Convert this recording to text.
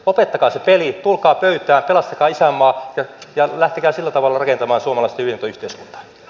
lopettakaa se peli tulkaa pöytään pelastakaa isänmaa ja lähtekää sillä tavalla rakentamaan suomalaista hyvinvointiyhteiskuntaa